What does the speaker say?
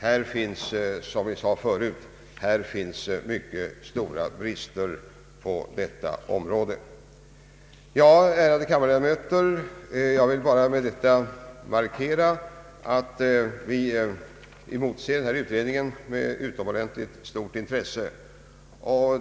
Det finns, som vi tidigare påtalat, stora brister på detta område. Jag har, ärade kammarledamöter, med detta bara velat markera att vi motser utredningen med utomordentligt stort intresse.